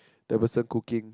there was a cooking